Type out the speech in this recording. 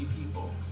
people